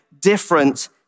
different